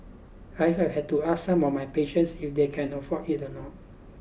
I have had to ask some of my patients if they can afford it or not